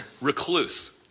recluse